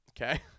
Okay